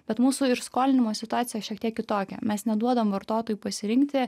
bet mūsų ir skolinimo situacija šiek tiek kitokia mes neduodam vartotojui pasirinkti